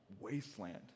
wasteland